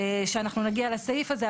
אנחנו נגיע לסעיף הזה,